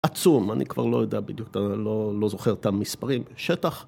עצום, אני כבר לא יודע בדיוק, לא זוכר את המספרים, שטח.